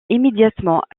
immédiatement